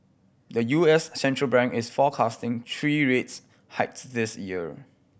the U S central bank is forecasting three rates hikes this year